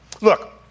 Look